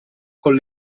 con